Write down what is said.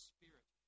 Spirit